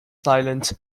silent